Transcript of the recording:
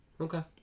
Okay